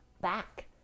back